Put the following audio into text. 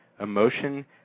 emotion